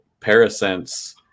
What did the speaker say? Parasense